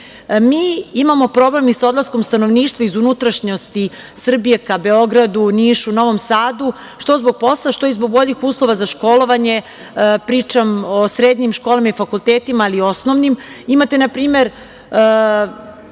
popisa. Imamo problem i sa odlaskom stanovništva iz unutrašnjosti Srbije ka Beogradu, Nišu, Novom Sadu, što zbog posla, što i zbog boljih uslova za školovanje. Pričam o srednjim školama i fakultetima, ali i osnovnim. Imate na primer